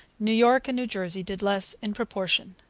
new york and new jersey did less in proportion.